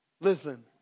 Listen